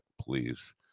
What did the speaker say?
please